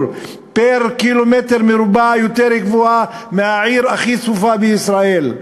פר-קמ"ר יותר גבוהה מהעיר הכי צפופה בישראל.